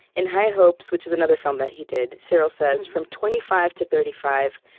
in high hopes, which is another film that he did, cyril says, from twenty five to thirty five,